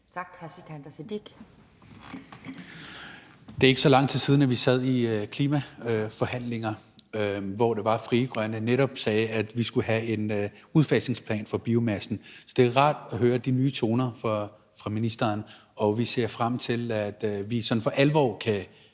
Sikandar Siddique (UFG): Det er ikke så lang tid siden, vi sad i klimaforhandlinger, hvor det var, at Frie Grønne netop sagde, at vi skulle have en udfasningsplan for biomasse, så det er rart at høre de nye toner fra ministeren, og vi ser frem til, at vi sådan for alvor kan